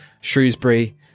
Shrewsbury